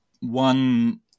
one